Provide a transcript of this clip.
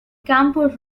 campo